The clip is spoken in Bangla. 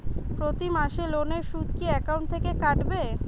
প্রতি মাসে লোনের সুদ কি একাউন্ট থেকে কাটবে?